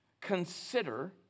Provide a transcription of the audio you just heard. consider